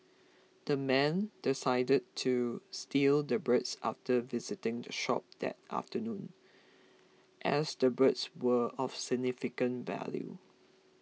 the men decided to steal the birds after visiting the shop that afternoon as the birds were of significant value